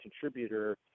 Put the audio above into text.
contributor